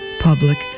public